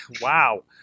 Wow